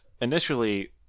initially